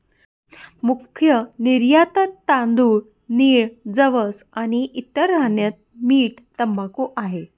मुख्य निर्यातत तांदूळ, नीळ, जवस आणि इतर धान्य, मीठ, तंबाखू आहे